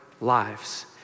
lives